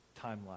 timeline